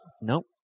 Nope